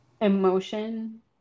emotion